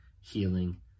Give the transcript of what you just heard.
healing